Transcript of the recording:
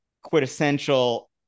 quintessential